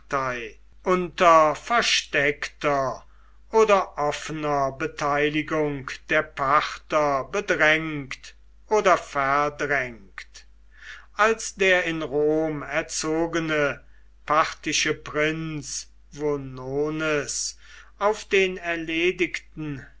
unter versteckter oder offener beteiligung der parther bedrängt oder verdrängt als der in rom erzogene parthische prinz vonones auf den erledigten